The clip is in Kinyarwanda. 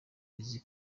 izi